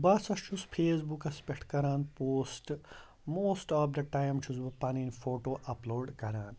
بہٕ ہسا چھُس فیسبُکَس پٮ۪ٹھ کَران post most of the time چھُس بہٕ پَنٕنۍ فوٹو اَپلوڈ کَران